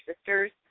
sisters